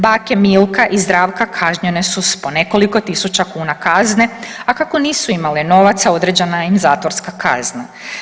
Bake Milka i Zdravka kažnjene su s po nekoliko tisuća kuna kazne, a kako nisu imale novaca određena im je zatvorska kazna.